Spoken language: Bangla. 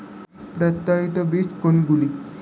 প্রত্যায়িত বীজ কোনগুলি?